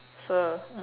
so